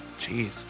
Jeez